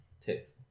text